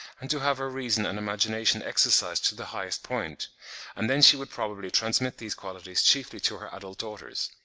and to have her reason and imagination exercised to the highest point and then she would probably transmit these qualities chiefly to her adult daughters.